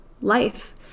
life